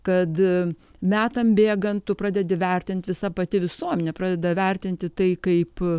kad metam bėgant tu pradedi vertint visa pati visuomenė pradeda vertinti tai kaip